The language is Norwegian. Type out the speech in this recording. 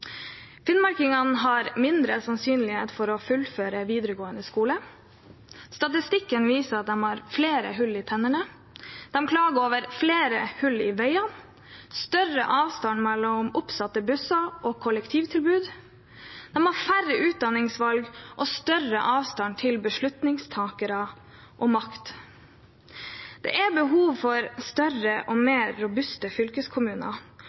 Finnmarkingene har mindre sannsynlighet for å fullføre videregående skole. Statistikken viser at de har flere hull i tennene. De klager over flere hull i veiene og større avstander mellom oppsatte busser og annet kollektivtilbud, og de har færre utdanningsvalg og større avstand til beslutningstakere og makt. Det er behov for større og mer robuste fylkeskommuner,